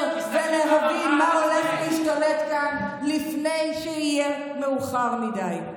ולהבין מה הולך להשתלט כאן לפני שיהיה מאוחר מדי.